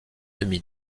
demi